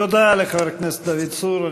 תודה לחבר הכנסת דוד צור.